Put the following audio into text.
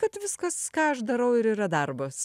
kad viskas ką aš darau ir yra darbas